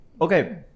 Okay